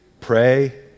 pray